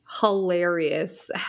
hilarious